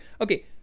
Okay